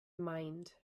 mind